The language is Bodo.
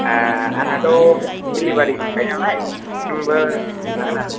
आंनाथ' देलिबारि दंखायो नालाय न'सिमबो हैनो हागोन आरो ना